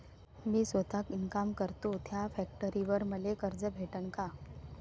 मी सौता इनकाम करतो थ्या फॅक्टरीवर मले कर्ज भेटन का?